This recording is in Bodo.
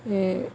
बे